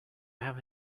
have